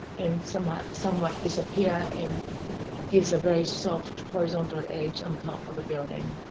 and somewhat somewhat disappear and gives a very soft horizontal edge on top of the building.